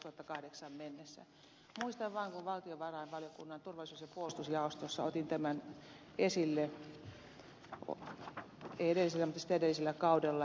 muistan vain kun valtiovarainvaliokunnan turvallisuus ja puolustusjaostossa otin tämän esille ei edellisellä mutta sitä edellisellä kaudella